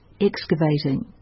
excavating